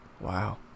Wow